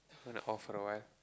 gonna off for a while